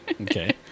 Okay